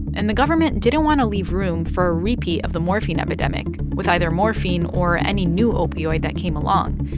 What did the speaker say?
and the government didn't want to leave room for a repeat of the morphine epidemic with either morphine or any new opioid that came along.